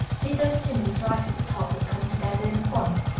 see those timbers right at the top that come together in a point?